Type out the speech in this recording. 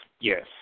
Yes